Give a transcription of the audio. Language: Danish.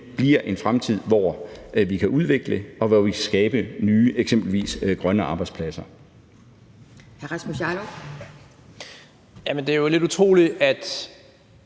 bliver en fremtid, hvor vi kan udvikle og skabe nye eksempelvis grønne arbejdspladser.